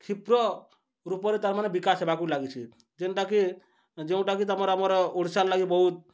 କ୍ଷୀପ୍ର ରୂପରେ ତାମାନେ ବିକାଶ ହେବାକୁ ଲାଗିଛି ଯେନ୍ଟାକି ଯେଉଁଟାକି ତମର ଆମର ଓଡ଼ିଶାର ଲାଗି ବହୁତ